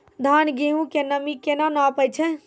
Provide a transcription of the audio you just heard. धान, गेहूँ के नमी केना नापै छै?